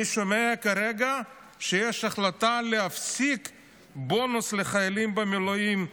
אני שומע כרגע שיש החלטה להפסיק את הבונוס לחיילים במילואים.